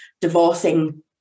divorcing